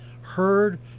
heard